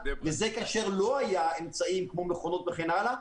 וזה כאשר לא היו אמצעים כמו מכונות וכן הלאה.